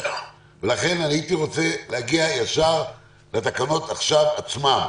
לכן, הייתי רוצה להגיע ישר לתקנות עכשיו עצמן.